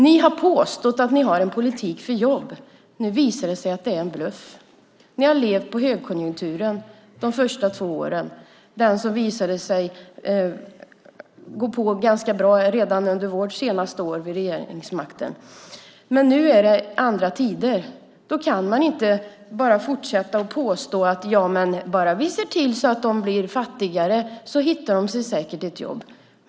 Ni har påstått att ni har en politik för jobb. Nu visar det sig att det är en bluff. Ni har levt på högkonjunkturen de första två åren. Den visade sig gå på ganska bra redan under vårt senaste år vid regeringsmakten. Nu är det andra tider. Då kan man inte fortsätta att påstå: Om vi bara ser till att människor blir fattigare hittar de säkert ett jobb.